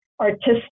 artistic